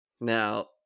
now